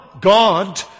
God